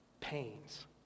Pains